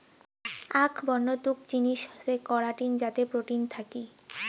আক বন্য তুক জিনিস হসে করাটিন যাতে প্রোটিন থাকি